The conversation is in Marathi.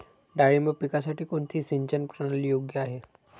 डाळिंब पिकासाठी कोणती सिंचन प्रणाली योग्य आहे?